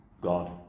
God